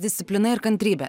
disciplina ir kantrybė